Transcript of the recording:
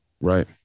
right